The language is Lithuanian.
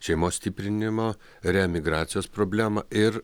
šeimos stiprinimo reemigracijos problemą ir